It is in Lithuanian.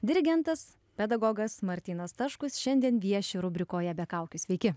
dirigentas pedagogas martynas staškus šiandien vieši rubrikoje be kaukių sveiki